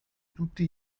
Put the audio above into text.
tutti